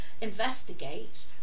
investigate